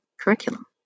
curriculum